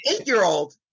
eight-year-old